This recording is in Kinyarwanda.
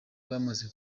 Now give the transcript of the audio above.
bamaze